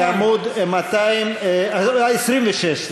26,